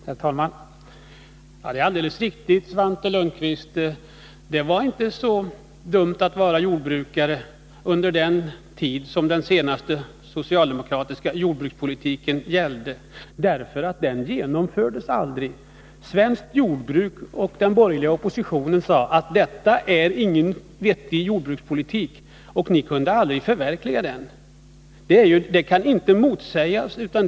Herr talman! Det är alldeles riktigt, Svante Lundkvist, att det inte var så dumt att vara jordbrukare under den tid då den senaste socialdemokratiska jordbrukspolitiken gällde — därför att den aldrig genomfördes. Svenskt jordbruk och den borgerliga oppositionen sade: Detta är ingen vettig jordbrukspolitik! Och ni kunde heller aldrig förverkliga den.